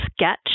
sketch